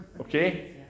Okay